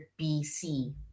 BC